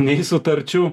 nei sutarčių